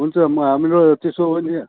हुन्छ म हाम्रो त्यसो भने